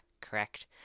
correct